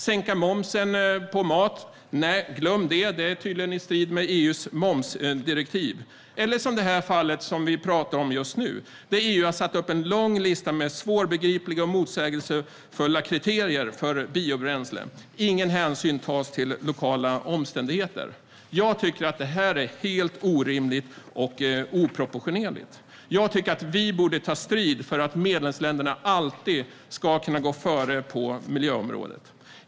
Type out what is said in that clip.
Sänka momsen på ekomat - nej, glöm det! Det är tydligen i strid med EU:s momsdirektiv. Eller som i det här fallet som vi pratar om just nu, där EU har satt upp en lång lista med svårbegripliga och motsägelsefulla kriterier för biobränslen utan hänsyn till lokala omständigheter. Jag tycker att det här är helt orimligt och oproportionerligt. Vi borde ta strid för att medlemsländerna alltid ska kunna gå före på miljöområdet.